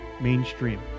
mainstream